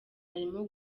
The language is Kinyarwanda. arimo